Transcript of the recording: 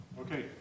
Okay